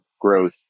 growth